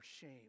shame